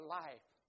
life